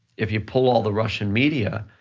if you pull all the russian media,